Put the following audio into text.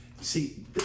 See